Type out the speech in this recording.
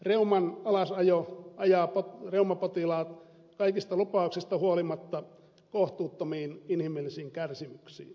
reuman alasajo ajaa reumapotilaat kaikista lupauksista huolimatta kohtuuttomiin inhimillisiin kärsimyksiin